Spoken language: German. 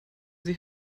sie